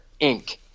Inc